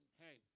hey